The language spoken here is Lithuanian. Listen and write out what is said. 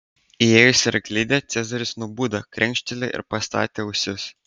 įėjus į arklidę cezaris nubudo krenkštelėjo ir pastatė ausis